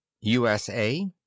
USA